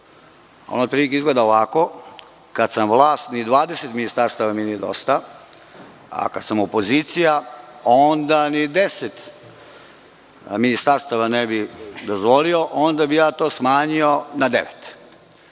ono otprilike izgleda ovako: kada sam vlast, ni 20 ministarstava mi nije dosta, a kada sam opozicija, onda ni 10 ministarstava ne bih dozvolio i onda bih ja to smanjio na